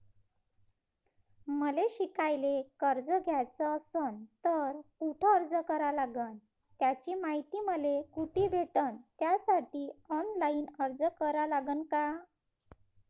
मले शिकायले कर्ज घ्याच असन तर कुठ अर्ज करा लागन त्याची मायती मले कुठी भेटन त्यासाठी ऑनलाईन अर्ज करा लागन का?